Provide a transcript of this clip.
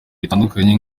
bitandukanye